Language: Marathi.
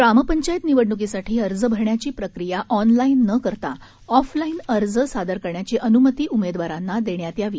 ग्रामपंचायत निवडण्कीसाठी अर्ज भरण्याची प्रक्रिया ऑनलाईन न करता ऑफलाईन अर्ज सादर करण्याची अन्मती उमेदवारांना देण्यात यावी